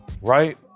right